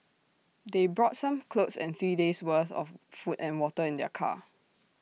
they brought some clothes and three days worth of food and water in their car